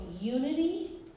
unity